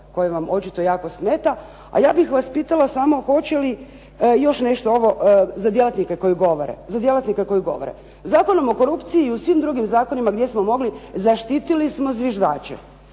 koji vam očito jako smeta, a ja bih vas pitala samo hoće li još nešto ovo za djelatnike koji govore. Zakonom o korupciji i u svim drugim zakonima gdje smo mogli zaštitili smo zviždače.